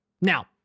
Now